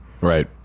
Right